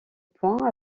point